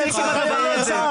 הם לא מפלצת.